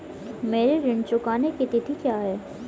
मेरे ऋण चुकाने की तिथि क्या है?